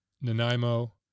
Nanaimo